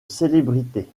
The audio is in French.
célébrité